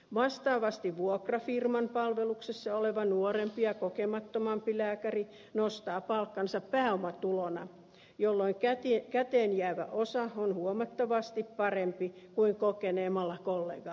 vastaavasti vuokrafirman palveluksessa oleva nuorempi ja kokemattomampi lääkäri nostaa palkkansa pääomatulona jolloin käteen jäävä osa on huomattavasti parempi kuin kokeneemmalla kollegalla